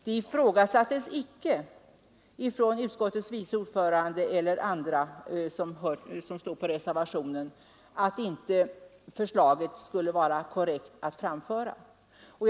Det ifrågasattes icke av utskottets vice ordförande eller av andra som stod bakom reservationen, att det inte skulle vara korrekt att framföra förslaget.